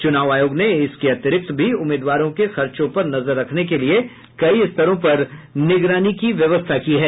चुनाव आयोग ने इसके अतिरिक्त भी उम्मीदवारों के खर्चों पर नजर रखने के लिए कई स्तरों पर निगरानी की व्यवस्था की है